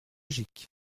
logique